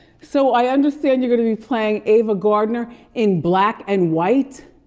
so i understand you're gonna be playing ava gardner in black and white?